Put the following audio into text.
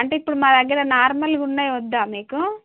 అంటే ఇప్పుడు మా దగ్గర నార్మల్గా ఉన్నాయి వద్దా మీకు